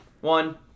One